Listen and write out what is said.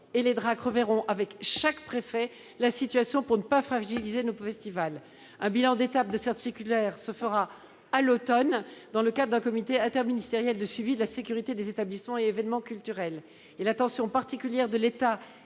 les DRAC, reverront avec chaque préfet la situation afin que les festivals ne soient pas fragilisés. Un bilan d'étape de cette circulaire sera réalisé à l'automne dans le cadre d'un comité interministériel de suivi de la sécurité des établissements et événements culturels. L'attention particulière de l'État